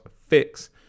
fix